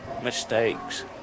mistakes